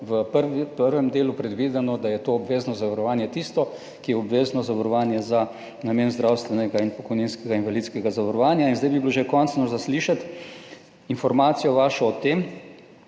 v prvem delu predvideno, da je to obvezno zavarovanje tisto, ki je obvezno zavarovanje za namen zdravstvenega in pokojninskega in invalidskega zavarovanja. In zdaj bi bilo že končno za slišati informacijo vašo o tem,